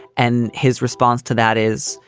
and his response to that is,